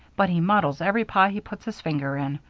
but he muddles every pie he puts his finger in.